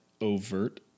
overt